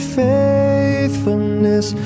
faithfulness